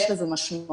יש לזה משמעות.